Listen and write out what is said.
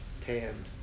panned